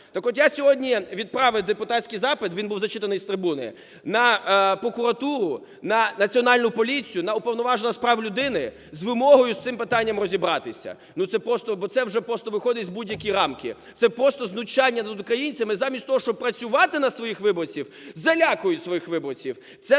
Так от, я сьогодні відправив депутатський запит, він був зачитаний з трибуни, на прокуратуру, на Національну поліцію, на Уповноваженого з прав людини з вимогою з цим питанням розібратися. Ну це просто… бо це вже просто виходить за будь-які рамки. Це просто знущання над українцями. Замість того, щоб працювати на своїх виборців, залякують своїх виборців.